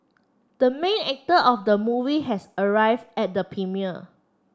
the main actor of the movie has arrive at the premiere